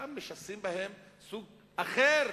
שם משסים בהם סוג אחר,